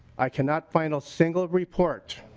i cannot find a single report